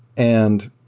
and